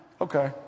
Okay